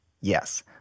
Yes